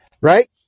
Right